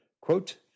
quote